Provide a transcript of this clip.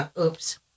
Oops